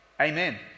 amen